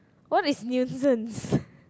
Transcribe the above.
what is nuisance